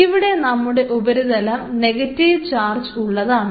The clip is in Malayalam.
ഇവിടെ നമ്മുടെ ഉപരിതലം നെഗറ്റീവ് ചാർജ് ഉള്ളതാണ്